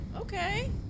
okay